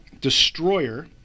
destroyer